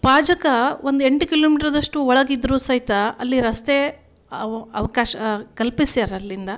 ಪಾಜಕ ಒಂದು ಎಂಟು ಕಿಲೋಮೀಟ್ರದಷ್ಟು ಒಳಗಿದ್ರೂ ಸಹಿತ ಅಲ್ಲಿ ರಸ್ತೆ ಅವಕಾಶ ಕಲ್ಪಿಸ್ಯಾರೆ ಅಲ್ಲಿಂದ